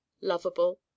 lovable